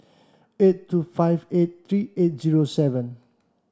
eight two five eight three eight zero seven